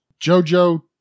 Jojo